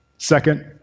Second